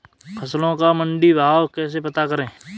फसलों का मंडी भाव कैसे पता करें?